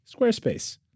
Squarespace